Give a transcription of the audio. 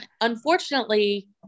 unfortunately